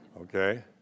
okay